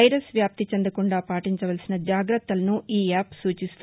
virus వ్యాప్తి చెందకుండా పాటించవలసిన జాగ్రత్తలను ఈయాప్ సూచిస్తూ